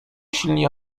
silni